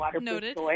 Noted